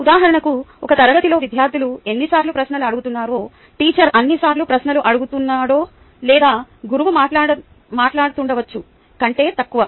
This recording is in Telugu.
ఉదాహరణకు ఒక తరగతిలో విద్యార్థులు ఎన్నిసార్లు ప్రశ్నలు అడుగుతున్నారో టీచర్ ఎన్నిసార్లు ప్రశ్నలు అడుగుతున్నాడో లేదా గురువు మాట్లాడుతుండవచ్చు కంటే తక్కువ